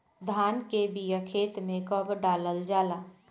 धान के बिया खेत में कब डालल जाला?